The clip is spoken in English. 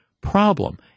problem